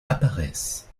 apparaissent